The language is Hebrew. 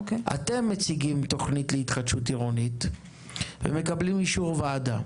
אתם מציגים תוכנית להתחדשות עירונית ומקבלים אישור ועדה.